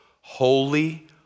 holy